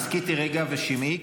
הסכיתי רגע ושמעי,